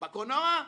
הקולנוע?